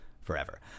forever